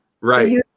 right